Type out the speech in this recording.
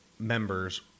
members